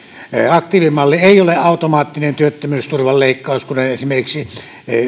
aktiivimalli ei ole automaattinen työttömyysturvan leikkaus kuten esimerkiksi